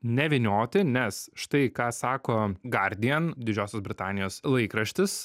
nevynioti nes štai ką sako gardijan didžiosios britanijos laikraštis